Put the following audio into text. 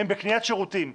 הן בקניית שירותים.